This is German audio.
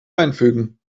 einfügen